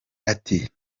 ati